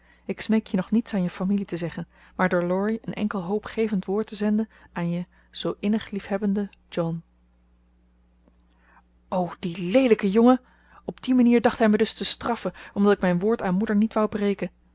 ik smeek je nog niets aan je familie te zeggen maar door laurie een enkel hoopgevend woord te zenden aan je zoo innig liefhebbenden john o die leelijke jongen op die manier dacht hij me dus te straffen omdat ik mijn woord aan moeder niet wou breken